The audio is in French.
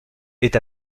est